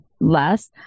less